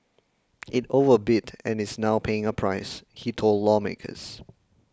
it overbid and is now paying a price he told lawmakers